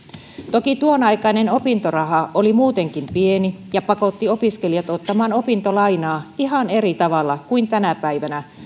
toki tuonaikainen opintoraha oli muutenkin pieni ja pakotti opiskelijat ottamaan opintolainaa ihan eri tavalla kuin tänä päivänä